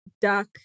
duck